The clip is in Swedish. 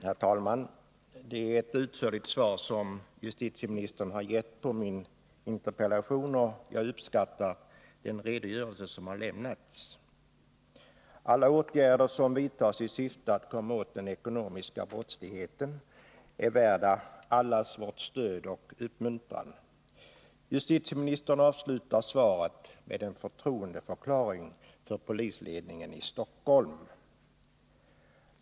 Herr talman! Det är ett utförligt svar som justitieministern har gett på min interpellation, och jag uppskattar den redogörelse som lämnats. Alla åtgärder som vidtas i syfte att komma åt den ekonomiska brottsligheten är värda allas vårt stöd och vår uppmuntran. Justitieministern avslutar svaret med en förtroendeförklaring för polisledningen i Stockholm.